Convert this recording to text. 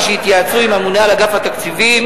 שהתייעצו עם הממונה על אגף התקציבים.